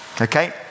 okay